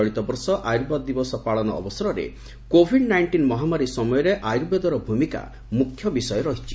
ଚଳିତ ବର୍ଷ ଆୟୁର୍ବେଦ ଦିବସ ପାଳନ ଅବସରରେ କୋଭିଡ୍ ନାଇକ୍ଷିନ୍ ମହାମାରୀ ସମୟରେ ଆୟୁର୍ବେଦର ଭୂମିକା ମୁଖ୍ୟ ବିଷୟ ରହିଛି